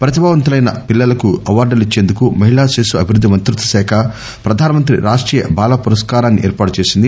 ప్రతిభావంతులైన పిల్లలకు అవార్గులిచ్చేందుకు మహిళా శిశు అభివుద్ది మంత్రిత్వశాఖ ప్రధానమంత్రి రాష్టీయ బాల పురస్కారాన్ని ఏర్పాటు చేసింది